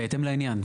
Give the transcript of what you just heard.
בהתאם לעניין.